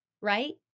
right